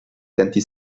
denti